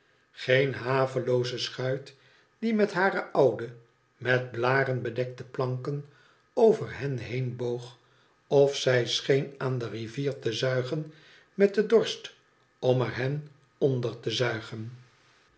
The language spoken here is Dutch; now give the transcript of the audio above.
geen havelooze schuit die met hare oude met blaren bedekte planken over hen heen boog of zij scheen aan de rivier te zuigen met dsn dorst om er hen onder te zuigen